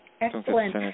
Excellent